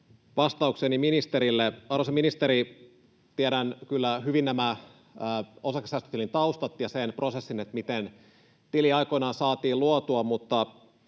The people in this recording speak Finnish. vastaukseni ministerille. Arvoisa ministeri, tiedän kyllä hyvin nämä osakesäästötilin taustat ja sen prosessin, miten tili aikoinaan saatiin luotua, mutta